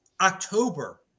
October